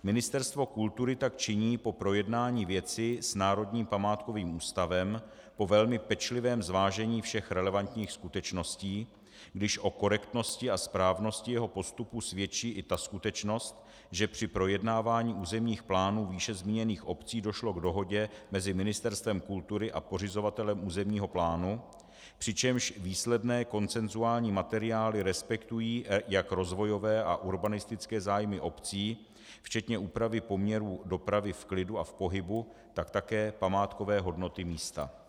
Ministerstvo kultury tak činí po projednání věci s Národním památkovým ústavem po velmi pečlivém zvážení všech relevantních skutečností, když o korektnosti a správnosti jeho postupu svědčí i ta skutečnost, že při projednávání územních plánů výše zmíněných obcí došlo k dohodě mezi Ministerstvem kultury a pořizovatelem územního plánu, přičemž výsledné konsenzuální materiály respektují jak rozvojové a urbanistické zájmy obcí včetně úpravy poměrů dopravy v klidu a v pohybu, tak také památkové hodnoty místa.